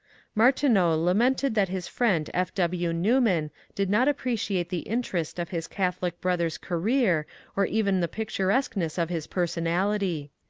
martineau lamented that his friend f. w. newman did not appreciate the interest of his catholic brother's career or even the picturesqueness of his personality.